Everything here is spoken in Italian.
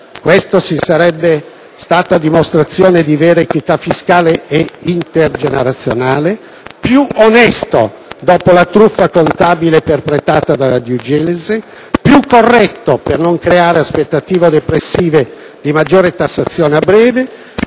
(questa sì sarebbe stata una dimostrazione di vera equità fiscale e intergenerazionale), più onesta (dopo la truffa contabile perpetrata dalla *due diligence*), più corretta (per non creare aspettative depressive di maggiore tassazione a breve)